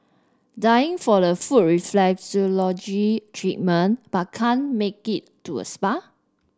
dying for a foot reflexology treatment but can't make it to a spa